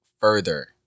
further